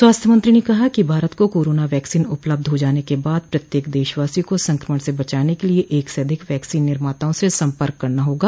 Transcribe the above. स्वास्थ्य मंत्री ने कहा कि भारत को कोरोना वैक्सीन उपलब्ध हो जाने के बाद प्रत्येक देशवासी को संक्रमण से बचाने के लिए एक से अधिक वैक्सीन निर्माताओं से संपर्क करना होगा